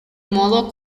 modo